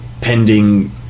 pending